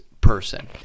person